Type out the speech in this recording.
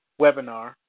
webinar